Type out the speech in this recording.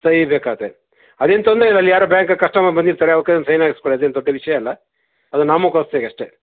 ಸಹಿ ಬೇಕಾಗ್ತದೆ ಅದೇನು ತೊಂದರೆ ಇಲ್ಲ ಅಲ್ಲಿ ಯಾರು ಬ್ಯಾಂಕಿಗೆ ಕಸ್ಟಮರ್ ಬಂದಿರ್ತಾರೆ ಅವ್ರ ಕೈಯಲ್ಲಿ ಒಂದು ಸೈನ್ ಹಾಕಿಸ್ಕೊಳ್ಳಿ ಅದೇನು ದೊಡ್ಡ ವಿಷಯ ಅಲ್ಲ ಅದು ನಾಮಕಾವಸ್ಥೆಗೆ ಅಷ್ಟೆ